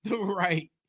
Right